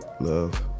Love